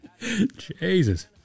Jesus